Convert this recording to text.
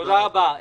תודה רבה.